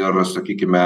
ir sakykime